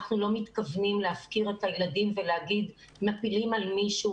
אנחנו לא מתכוונים להפקיר את הילדים ולהגיד מפילים על מישהו,